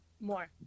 more